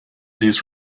these